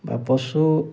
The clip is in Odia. ବା ପଶୁ